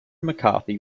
mccarthy